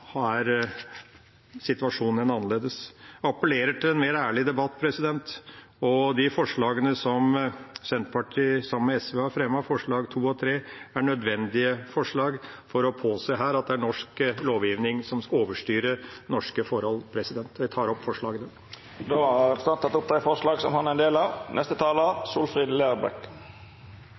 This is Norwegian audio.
situasjonen annerledes. Jeg appellerer til en mer ærlig debatt. De forslagene som Senterpartiet har fremmet sammen med SV, forslagene nr. 2 og 3, er nødvendige forslag for å påse at det er norsk lovgivning som overstyrer i norske forhold. Jeg tar opp forslagene. Då har representanten Per Olav Lundteigen teke opp forslaga han viste til. Når me no diskuterer EUs arbeidsmarknadsbyrå, ELA, er